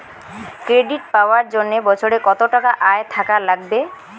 Credit পাবার জন্যে বছরে কত টাকা আয় থাকা লাগবে?